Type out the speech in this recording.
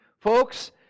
Folks